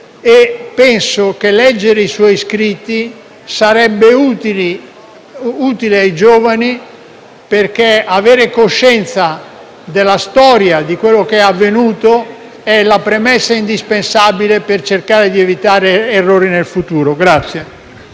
quindi che leggere i suoi scritti sarebbe utile ai giovani, perché avere coscienza dalla storia e di quanto è avvenuto è la premessa indispensabile per cercare di evitare errori nel futuro.